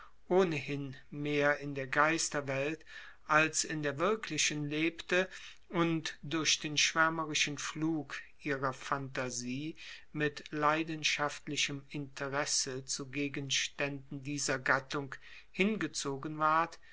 ohnehin mehr in der geisterwelt als in der wirklichen lebte und durch den schwärmerischen flug ihrer phantasie mit leidenschaftlichem interesse zu gegenständen dieser gattung hingezogen ward